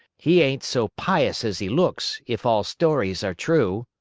he ain't so pious as he looks, if all stories are true.